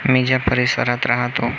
मी ज्या परिसरात राहतो